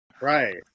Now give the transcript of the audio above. Right